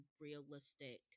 realistic